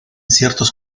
ciertos